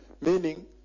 Meaning